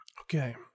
Okay